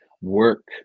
work